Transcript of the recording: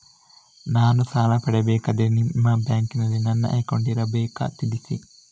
ನಾನು ಸಾಲ ಪಡೆಯಬೇಕಾದರೆ ನಿಮ್ಮ ಬ್ಯಾಂಕಿನಲ್ಲಿ ನನ್ನ ಅಕೌಂಟ್ ಇರಬೇಕಾ ತಿಳಿಸಿ?